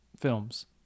films